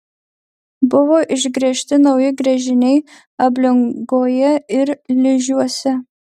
buvo išgręžti nauji gręžiniai ablingoje ir ližiuose